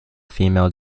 female